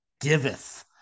giveth